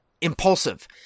impulsive